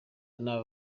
nabi